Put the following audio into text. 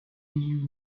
knew